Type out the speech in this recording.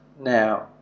now